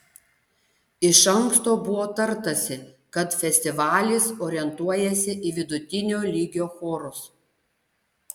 iš anksto buvo tartasi kad festivalis orientuojasi į vidutinio lygio chorus